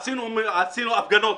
ערכנו הפגנות.